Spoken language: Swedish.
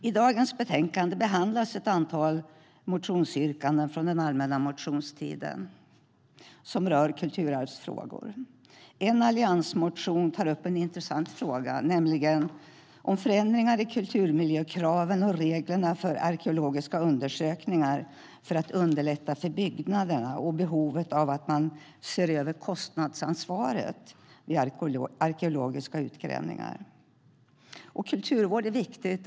I dagens betänkande behandlas ett antal motionsyrkanden från den allmänna motionstiden som rör kulturarvsfrågor. En alliansmotion tar upp en intressant fråga, nämligen förändringar i kulturmiljökraven och reglerna för arkeologiska undersökningar för att underlätta för byggande och behovet av att se över kostnadsansvaret vid arkeologiska utgrävningar. Kulturvård är viktigt.